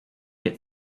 get